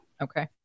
Okay